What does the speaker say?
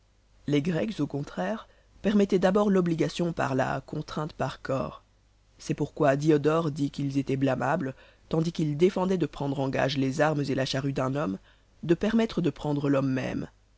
les grecs au contraire permettaient d'abord l'obligation par la contrainte par corps c'est pourquoi diodore dit qu'ils étaient blâmables tandis qu'ils défendaient de prendre en gage les armes et la charrue d'un homme de permettre de prendre l'homme même